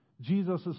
Jesus